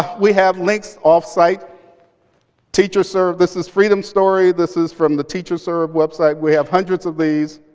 we have links offsite teacherserve, this is freedom story. this is from the teacherserve website. we have hundreds of these.